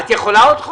את יכולה?